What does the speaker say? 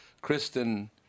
Kristen